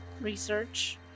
research